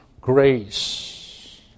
grace